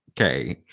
okay